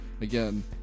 again